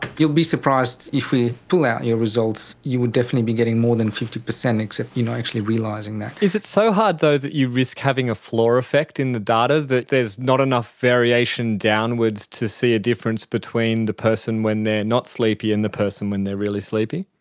you'll be surprised if we pull out your results, you would definitely be getting more than fifty percent except you're not you know actually realising that. is it so hard though that you risk having a flaw effect in the data, that there's not enough variation downwards to see a difference between the person when they're not sleepy and the person when they're really sleepy?